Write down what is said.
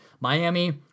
Miami